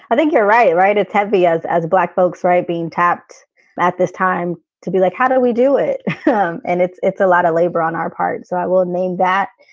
i think you're right. right, it's heavy us as black folks. right, being tapped at this time to be like, how do we do it? um and it's it's a lot of labor on our part. so i will name that.